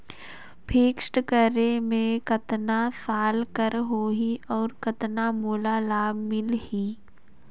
Fixed करे मे कतना साल कर हो ही और कतना मोला लाभ मिल ही?